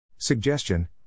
Suggestion